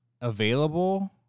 available